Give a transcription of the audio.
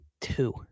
Two